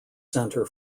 center